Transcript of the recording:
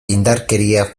indarkeria